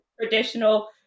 traditional